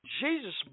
Jesus